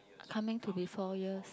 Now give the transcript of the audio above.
coming to be four years